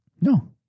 No